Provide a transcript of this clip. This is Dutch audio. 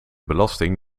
belasting